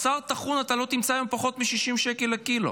בשר טחון אתה לא תמצא היום בפחות מ-60 שקלים לקילו.